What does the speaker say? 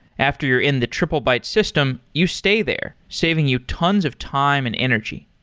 after you're in the triplebyte system, you stay there, saving you tons of time and energy.